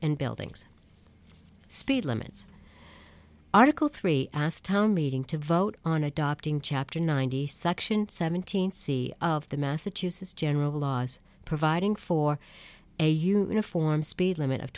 and buildings speed limits article three asked town meeting to vote on adopting chapter nine hundred seventeen c of the massachusetts general laws providing for a uniform speed limit of